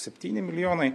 septyni milijonai